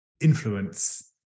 influence